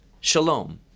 Shalom